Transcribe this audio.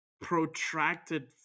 protracted